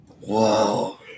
Whoa